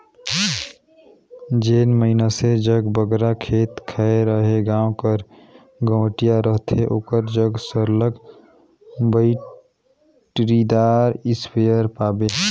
जेन मइनसे जग बगरा खेत खाएर अहे गाँव कर गंवटिया रहथे ओकर जग सरलग बइटरीदार इस्पेयर पाबे